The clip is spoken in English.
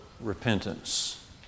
repentance